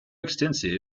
extensive